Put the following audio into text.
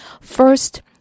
First